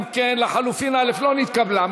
הסתייגות 106 לסעיף 80 לא נתקבלה.